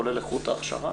כולל איכות ההכשרה,